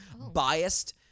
biased